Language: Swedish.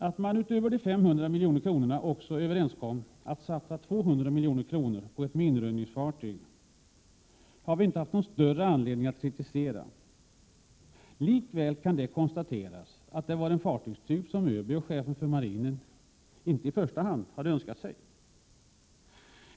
Att man utöver de 500 milj.kr. också kom överens om att satsa 200 milj.kr. på ett minröjningsfartyg har vi inte haft någon större anledning att kritisera. Likväl kan det konstateras att det var en fartygstyp som ÖB och chefen för marinen inte i första hand hade önskat.